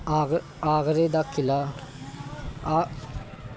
ਆਗਰਾ ਆਗਰੇ ਦਾ ਕਿਲ੍ਹਾ ਆ